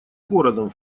городом